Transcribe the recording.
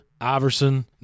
Iverson